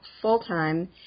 full-time